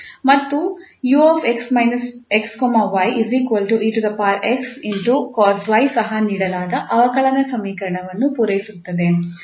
ಮತ್ತು 𝑢𝑥 𝑦 𝑒𝑥 cos 𝑦 ಸಹ ನೀಡಲಾದ ಅವಕಲನ ಸಮೀಕರಣವನ್ನು ಪೂರೈಸುತ್ತದೆ